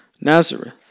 Nazareth